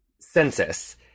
Census